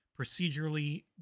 procedurally